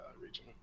region